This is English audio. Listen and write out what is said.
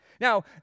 Now